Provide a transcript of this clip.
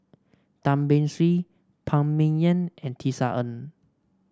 Tan Beng Swee Phan Ming Yen and Tisa Ng